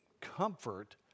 comfort